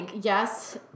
Yes